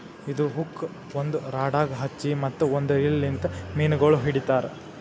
ಇದು ಹುಕ್ ಒಂದ್ ರಾಡಗ್ ಹಚ್ಚಿ ಮತ್ತ ಒಂದ್ ರೀಲ್ ಲಿಂತ್ ಮೀನಗೊಳ್ ಹಿಡಿತಾರ್